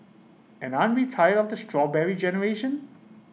and aren't we tired of the Strawberry Generation